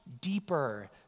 deeper